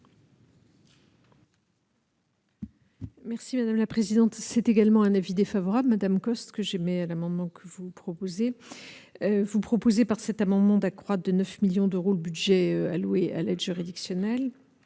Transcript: Merci madame la présidente, c'est également un avis défavorable Madame Cosse, que j'aimais l'amendement que vous proposez, vous proposez par cet amendement d'accroître de 9 millions d'euros, le budget alloué à l'aide juridictionnelle,